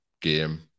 game